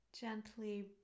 Gently